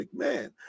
McMahon